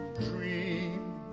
dream